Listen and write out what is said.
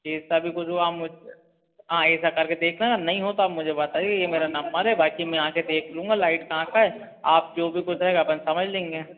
जैसा भी कुछ होगा आप मुझ से हाँ ऐसा कर के देख लेना नहीं हो तो आप मुझे बताइए ये मेरा नंबर है बाक़ी मैं आ के देख लूँगा लाइट कहाँ का है आप जो भी कुछ रहेगा अपन समझ लेंगे